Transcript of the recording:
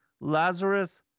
Lazarus